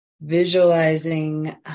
visualizing